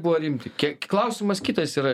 buvo rimti kie klausimas kitas yra